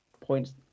points